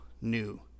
new